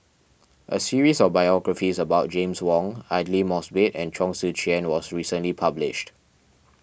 a series of biographies about James Wong Aidli Mosbit and Chong Tze Chien was recently published